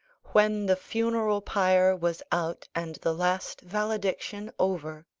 when the funeral pyre was out, and the last valediction over